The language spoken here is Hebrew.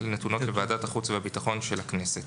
נתונות לוועדת החוץ והביטחון של הכנסת.